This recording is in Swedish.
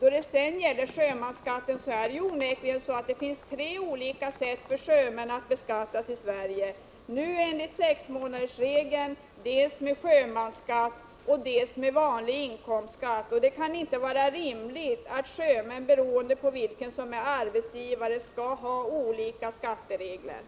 Beträffande sjömansskatten finns det tre olika sätt för beskattning av sjömän i Sverige: enligt sexmånadersregeln, med sjömansskatt och med vanlig inkomstskatt. Det kan inte vara rimligt att olika skatteregler skall gälla för sjömän, beroende på vem som är arbetsgivare.